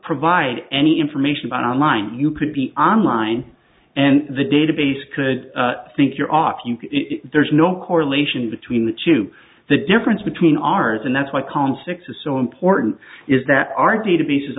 provide any information about online you could be online and the database could think you're off you there's no correlation between the two the difference between ours and that's why conflicts are so important is that our databases